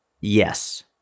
Yes